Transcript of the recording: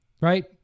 right